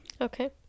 okay